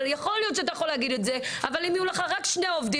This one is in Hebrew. יכול להיות שאתה יכול להגיד את זה אבל אם יהיו לך רק שני עובדים